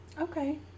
okay